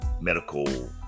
medical